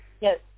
Yes